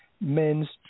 Men's